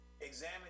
Examine